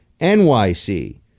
NYC